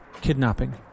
kidnapping